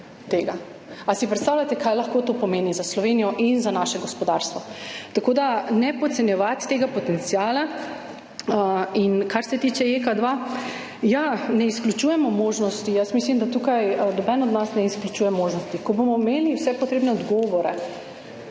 a si predstavljate, kaj lahko to pomeni za Slovenijo in za naše gospodarstvo? Ne podcenjevati tega potenciala. Kar se tiče JEK 2, ne izključujemo možnosti, jaz mislim, da tukaj noben od nas ne izključuje možnosti. Ko bomo imeli vse potrebne odgovore